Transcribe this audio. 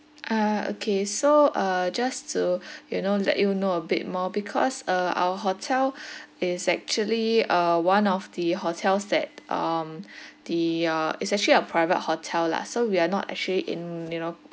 ah okay so uh just to you know let you know a bit more because uh our hotel is actually uh one of the hotels that um the uh is actually a private hotel lah so we are not actually in you know